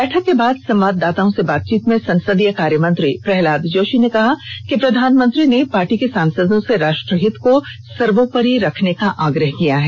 बैठक के बाद संवाददाताओं से बातचीत में संसदीय कार्यमंत्री प्रहलाद जोशी ने कहा कि प्रधानमंत्री मोदी ने पार्टी के सांसदों से राष्ट्रहित को सर्वोपरि रखने का आग्रह किया है